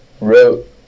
wrote